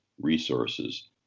resources